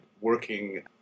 working